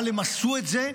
אבל הם עשו את זה,